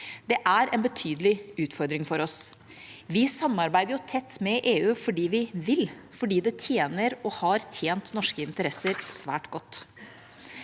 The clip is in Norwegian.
Det er en betydelig utfordring for oss. Vi samarbeider tett med EU fordi vi vil, og fordi det tjener og har tjent norske in